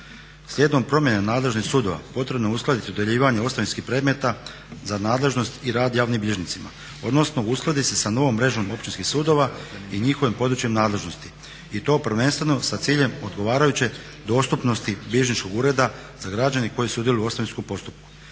Slijedom promjene nadležnih sudova potrebno je uskladiti dodjeljivanje ostavinski predmeta za nadležnost i rad javnim bilježnicima odnosno uskladiti se sa novom mrežom općinskih sudova i njihovim područj em nadležnosti. I to prvenstveno sa ciljem odgovarajuće dostupnosti bilježničkog ureda za građane koji sudjeluju u ostavinskom postupku.